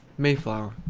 may-flower.